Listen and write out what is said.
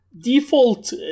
Default